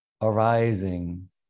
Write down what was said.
arising